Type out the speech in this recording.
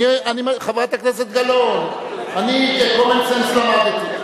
חברת הכנסת גלאון, אני, common sense למדתי.